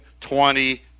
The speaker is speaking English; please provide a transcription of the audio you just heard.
twenty